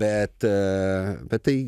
bet bet tai